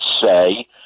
say